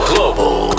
Global